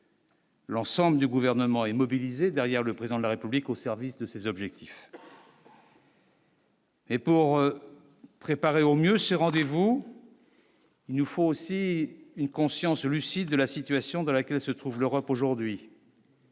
L'ensemble du gouvernement est mobilisé derrière le président de la République au service de ses objectifs. Et pour préparer au mieux ce rendez-vous. Il nous faut aussi une conscience lucide de la situation dans laquelle se trouve l'Europe aujourd'hui.